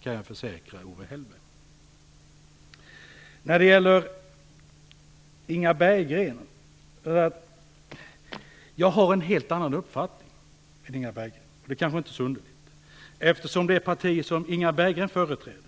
Jag har en helt annan uppfattning än Inga Berggren, vilket kanske inte är så konstigt, eftersom det parti som Inga Berggren företräder